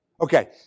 Okay